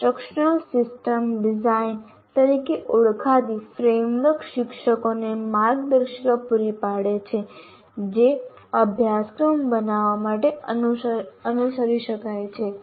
instructional system design ISD તરીકે ઓળખાતી framework શિક્ષકોને માર્ગદર્શિકા પૂરી પાડે છે જે અભ્યાસક્રમ બનાવવા માટે અનુસરી શકાય છે